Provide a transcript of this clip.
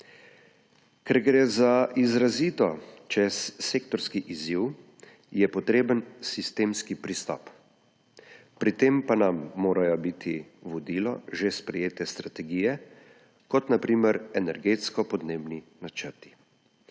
Ker gre za izrazito čezsektorski izziv, je potreben sistemski pristop. Pri tem pa nam morajo biti vodilo že sprejete strategije, kot na primer energetsko-podnebni načrti.